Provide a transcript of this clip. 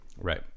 Right